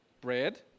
bread